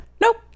Nope